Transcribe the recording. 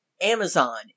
Amazon